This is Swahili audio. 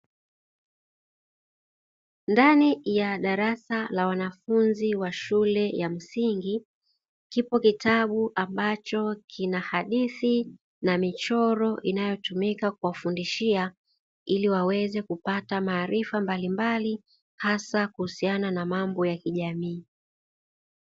Ndani ya darasa la wanafunzi wa shule ya msingi kipo kitabu ambacho kina hadithi na michoro inayotumika kuwafundishia ili waweze kupata maarifa mbalimbali hasa kuhusiana na mambo ya kijamii.